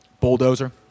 Bulldozer